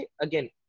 again